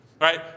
right